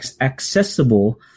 accessible